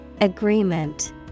Agreement